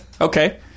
Okay